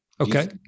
Okay